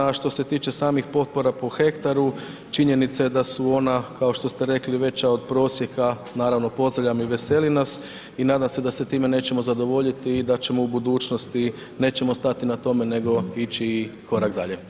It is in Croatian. A što se tiče samih potpora po hektaru činjenica je da su ona kao što ste rekli, veća od prosjeka, naravno pozdravljam i veseli nas i nadam se sa time nećemo zadovoljiti i da u budućnosti nećemo stati na tome nego ići i korak dalje.